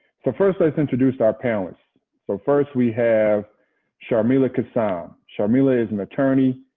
so first let's introduce our panelists. so first we have sharmila kassam. um sharmila is an attorney.